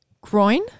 groin